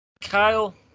Kyle